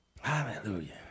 Hallelujah